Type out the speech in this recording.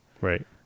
Right